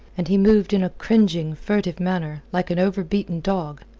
and he moved in a cringing, furtive manner, like an over-beaten dog.